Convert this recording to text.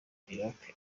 iraki